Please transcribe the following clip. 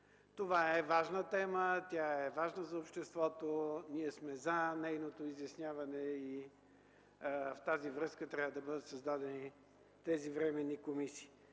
Това е важна тема, тя е важна за обществото. Ние сме за нейното изясняване и във връзка с това трябва да бъдат създадени тези временни комисии.